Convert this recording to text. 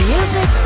Music